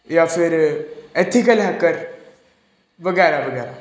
ਜਾਂ ਫਿਰ ethical hacker ਵਗੈਰਾ ਵਗੈਰਾ